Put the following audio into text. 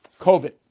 COVID